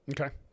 Okay